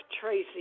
Tracy